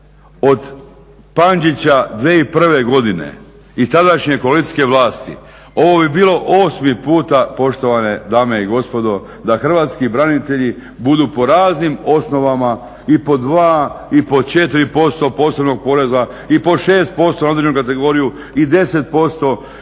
Od Pančića 2001. godine i tadašnje koalicijske vlasti ovo bi bilo 8.puta poštovane dame i gospodo da hrvatski branitelji budu po raznim osnovama i po dva i po 4% posebnog poreza i po 6% na određenu kategoriju i 10%